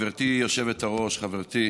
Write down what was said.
גברתי היושבת-ראש, חברתי,